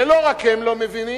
ולא רק הם לא מבינים,